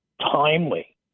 timely